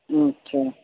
अच्छा